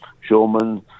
showman